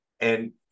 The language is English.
And-